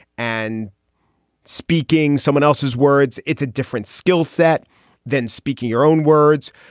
and speaking someone else's words. it's a different skill set than speaking your own words.